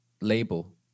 label